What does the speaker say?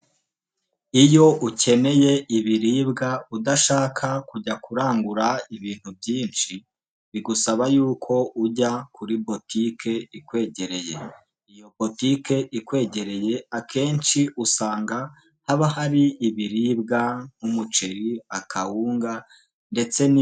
Iyo ukeneye ibiribwa udashaka kujya kurangura ibintu byinshi, bigusaba y'uko ujya kuri bolitique ikwegereye. Iyo politike ikwegereye akenshi usanga haba hari ibiribwa nk'umuceri, akawunga ndetse ni.